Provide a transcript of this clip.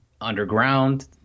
underground